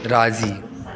राज़ी